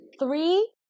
three